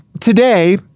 today